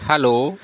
hello